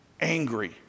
angry